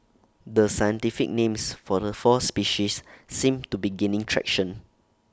the scientific names for the four species seem to be gaining traction